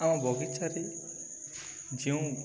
ଆମ ବଗିଚାରେ ଯେଉଁ